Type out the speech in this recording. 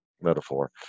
metaphor